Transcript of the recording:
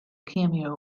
cameo